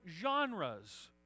genres